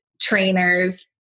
trainers